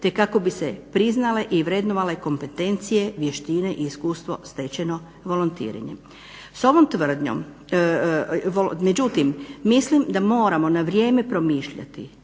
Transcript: te kako bi se priznale i vrednovale kompetencije, vještine i iskustvo stečeno volontiranjem. Međutim da moramo na vrijeme promišljati na